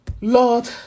Lord